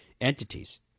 entities